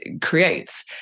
creates